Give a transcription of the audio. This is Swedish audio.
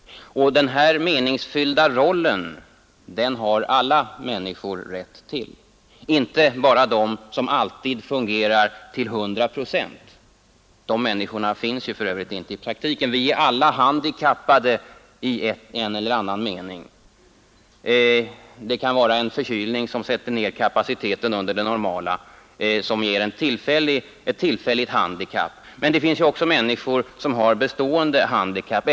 Den här meningsfyllda rollen har alla människor rätt till, inte bara de som alltid fungerar till 100 procent. De människorna finns ju för övrigt inte i praktiken, vi är alla handikappade i en eller annan mening. Det kan vara en förkylning som sätter ner kapaciteten under den normala, alltså ett tillfälligt handikapp. Men det finns ju också människor som har bestående handikapp.